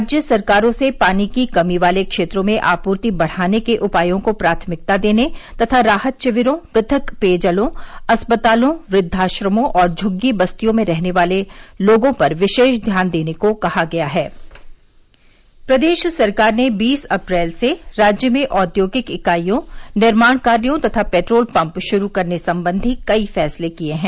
राज्य सरकारों से पानी की कमी वाले क्षेत्रों में आपूर्ति बढाने के उपायों को प्राथमिकता देने तथा राहत शिविरों पृथक पेयजलों अस्पतालों वृद्वाश्रमों और झग्गी बस्तियों में रहने वाले लोगों पर विशेष ध्यान देने को कहा गया है प्रदेश सरकार ने बीस अप्रैल से राज्य में औद्योगिक इकाइयों निर्माण कार्यों तथा पेट्रोल पंप शुरू करने संबंधी कई फैसले किए हैं